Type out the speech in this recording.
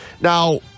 Now